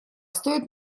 стоит